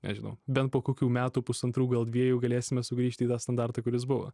nežinau bet po kokių metų pusantrų gal dviejų galėsime sugrįžti į tą standartą kuris buvo